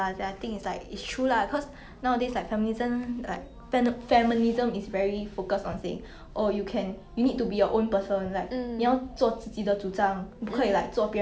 ya ya it's such a degrading word ya ya